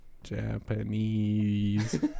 Japanese